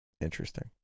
Interesting